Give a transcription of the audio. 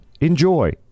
Enjoy